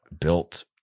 built